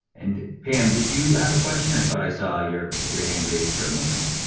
and pam, did you have a question? i thought i saw your your hand raised for a moment.